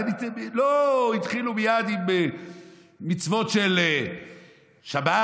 לא התחילו מייד עם מצוות של שבת,